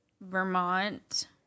Vermont